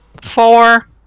Four